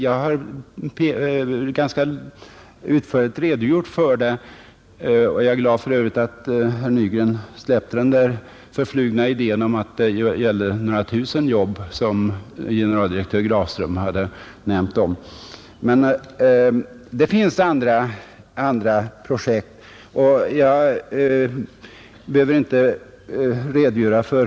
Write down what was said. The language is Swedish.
Jag har ganska utförligt redogjort för den saken. Jag är också glad för att herr Nygren släppte den förflugna idén att det gällde ett par tusen jobb som generaldirektör Grafström hade talat om. Men det finns andra projekt, som jag emellertid inte här behöver redogöra för.